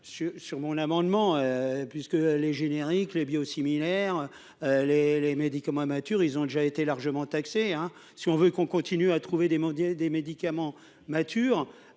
sur mon amendement, puisque les génériques, les bio-séminaire les les médicaments matures, ils ont déjà été largement taxé, hein, si on veut qu'on continue à trouver des mendier des médicaments matures